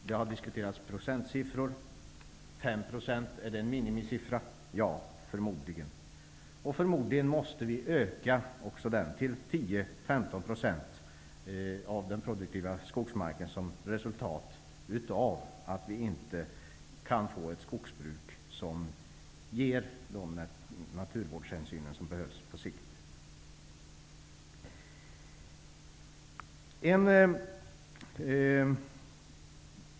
Det har diskuterats procentsiffror. Är 5 % en minimisiffra? Ja, förmodligen. Förmodligen måste vi öka till 10-- 15 % av den produktiva skogsmarken, som resultat av att vi inte kan få ett skogsbruk som tar de naturvårdshänsyn som behövs på sikt.